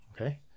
Okay